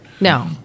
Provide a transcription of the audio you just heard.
No